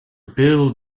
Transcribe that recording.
bill